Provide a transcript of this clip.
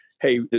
hey